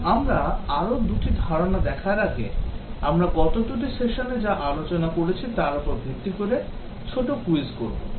এখন আমরা আরও দুটি ধারণা দেখার আগে আমরা গত দুটি সেশনে যা আলোচনা করেছি তার উপর ভিত্তি করে ছোট কুইজ করব